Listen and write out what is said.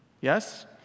Yes